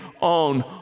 on